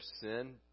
sin